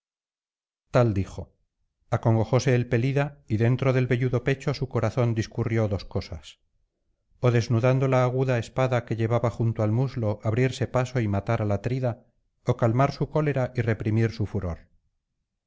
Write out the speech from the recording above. tal dijo acongojóse el pelida y dentro del velludo pecho su corazón discurrió dos cosas ó desnudando la aguda espada que llevaba junto al muslo abrirse paso y matar al atrida ó calmar su cólera y reprimir su furor